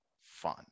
fun